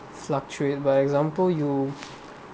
fluctuate by example you